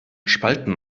spalten